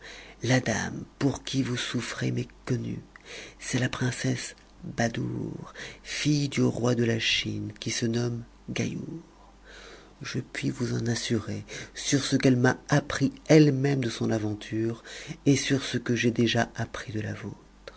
la dame pour qui vous souffrez m'est connue la princesse badoure fille du roi de la chine qui se nomme gaïour js vous en assurer sur ce qu'elle m'a appris elle-même de son avent re et sur ce que j'ai déjà appris de la